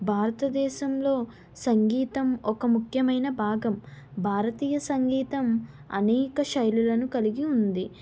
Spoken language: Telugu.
భారతదేశంలో సంగీతం ఒక ముఖ్యమైన భాగం భారతీయ సంగీతం అనేక శైలులను కలిగి ఉంది